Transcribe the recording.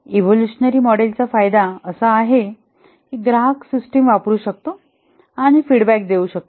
evolutionary मॉडेलचा फायदा असा आहे की ग्राहक सिस्टिम वापरु शकतो आणि फीडबॅक देऊ शकतो